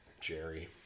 Jerry